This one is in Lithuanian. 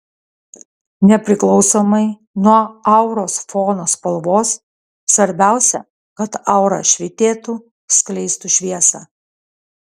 nepriklausomai nuo auros fono spalvos svarbiausia kad aura švytėtų skleistų šviesą